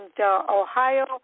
Ohio